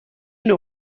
نوع